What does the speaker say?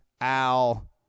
Al